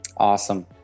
Awesome